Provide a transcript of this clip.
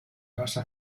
basa